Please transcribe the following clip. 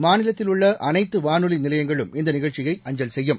மாநிலத்தில் உள்ள அனைத்து வானொலி நிலையங்களும் இந்த நிகழ்ச்சியை அஞ்சல் செய்யும்